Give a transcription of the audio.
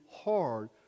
hard